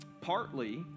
partly